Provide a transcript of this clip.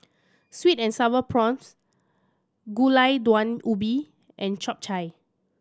sweet and Sour Prawns Gulai Daun Ubi and Chap Chai